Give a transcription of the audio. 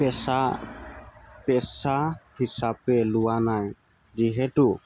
পেচা পেচা হিচাপে লোৱা নাই যিহেতু